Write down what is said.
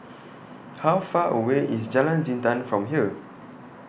How Far away IS Jalan Jintan from here